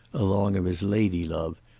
along of his lady love,